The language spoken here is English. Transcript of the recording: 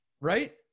right